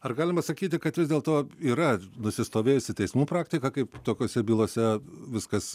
ar galima sakyti kad vis dėl to yra nusistovėjusi teismų praktika kaip tokiose bylose viskas